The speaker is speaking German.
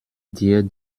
dir